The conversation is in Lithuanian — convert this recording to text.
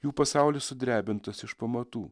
jų pasaulis sudrebintas iš pamatų